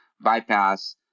bypass